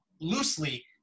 loosely